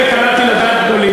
אני קלעתי לדעת גדולים,